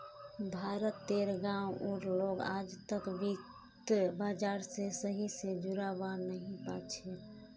भारत तेर गांव उर लोग आजतक वित्त बाजार से सही से जुड़ा वा नहीं पा छे